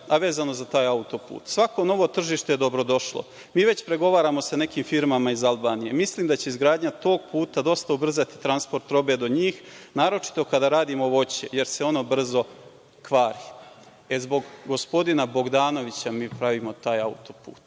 a vezano za taj autoput, i on kaže – svako novo tržište je dobro došlo, mi već pregovaramo sa nekim firmama iz Albanije, mislim da će izgradnja tog puta dosta ubrzati transport robe do njih, naročito kada radimo voće, jer se ono brzo kvari. Zbog gospodina Bogdanovića mi pravimo taj autoput